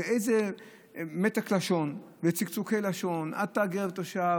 באיזה מתק לשון וצקצוקי לשון: אתה גר תושב,